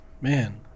Man